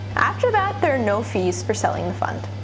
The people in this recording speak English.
after that, there are no fees for selling the fund.